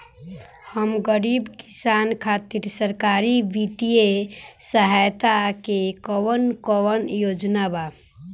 हम गरीब किसान खातिर सरकारी बितिय सहायता के कवन कवन योजना बा?